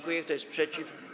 Kto jest przeciw?